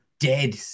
dead